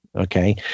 Okay